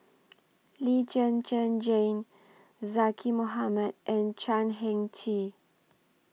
Lee Zhen Zhen Jane Zaqy Mohamad and Chan Heng Chee